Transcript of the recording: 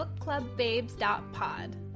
bookclubbabes.pod